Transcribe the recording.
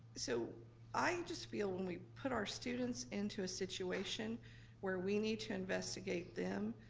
so i just feel when we put our students into a situation where we need to investigate them,